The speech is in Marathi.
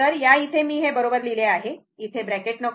तर या इथे मी हे बरोबर लिहिले आहे इथे ब्रॅकेट नको